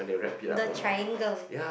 the triangle